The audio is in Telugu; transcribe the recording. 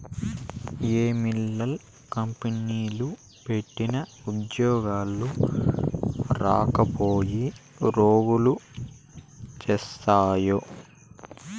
ఏ మిల్లులు, కంపెనీలు పెట్టినా ఉద్యోగాలు రాకపాయె, రోగాలు శాస్తాయే